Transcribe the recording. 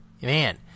man